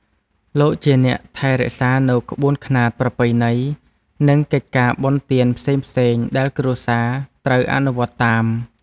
លោកជាអ្នកថែរក្សានូវក្បួនខ្នាតប្រពៃណី និងកិច្ចការបុណ្យទានផ្សេងៗដែលគ្រួសារត្រូវអនុវត្តតាម។